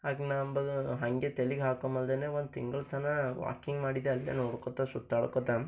ಆಗ ನಾ ಅಂಬೋದು ಹಂಗೆ ತಲಿಗ್ ಹಾಕಂಬಲ್ದೇನೆ ಒಂದು ತಿಂಗ್ಳು ತನಕ ವಾಕಿಂಗ್ ಮಾಡಿದ್ದಲ್ದನೂ ನೋಡಿಕೋತ ಸುತ್ತಾಡಿಕೋತ